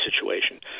situation